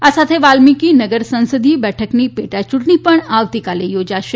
આ સાથે વાલ્મીકીનગર સંસદીય બેઠકની પેટાચૂંટણી પણ આવતીકાલે યોજાશે